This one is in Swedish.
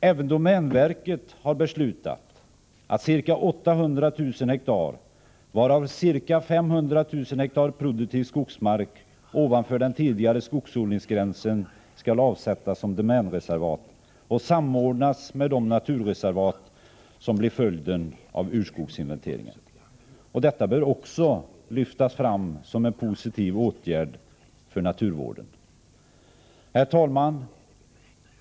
Även domänverket har beslutat att ca 800 000 hektar, varav ca 500 000 hektar produktiv skogsmark, ovanför den tidigare skogsodlingsgränsen skall avsättas som domänreservat och samordnas med de naturreservat som blev följden av urskogsinventeringen. Detta bör också lyftas fram som en positiv åtgärd för naturvården.